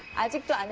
addicted